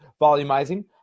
volumizing